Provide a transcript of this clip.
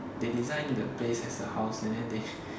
they design the place as a house and then they